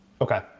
Okay